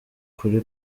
kuri